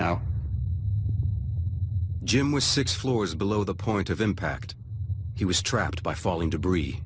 know jim was six floors below the point of impact he was trapped by falling debris